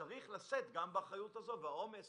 צריך היה לשאת גם באחריות הזאת והעומס